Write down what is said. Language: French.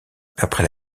après